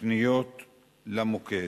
פניות למוקד,